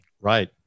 Right